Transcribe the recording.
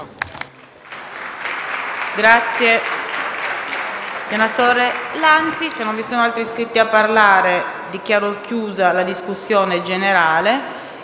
Grazie